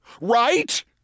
Right